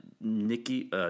Nikki